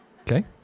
Okay